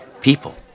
people